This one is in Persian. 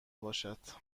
باشد